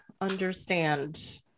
understand